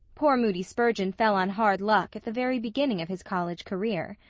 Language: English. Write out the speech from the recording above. poor moody spurgeon fell on hard luck at the very beginning of his college career.